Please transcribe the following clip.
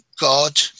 god